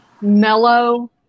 mellow